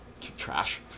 trash